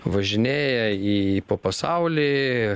važinėja į po pasaulį